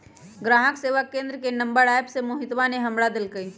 ग्राहक सेवा केंद्र के नंबर एप्प से मोहितवा ने हमरा देल कई